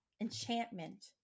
enchantment